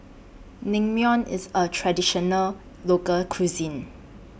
Naengmyeon IS A Traditional Local Cuisine